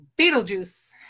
Beetlejuice